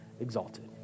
Exalted